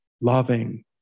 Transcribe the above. loving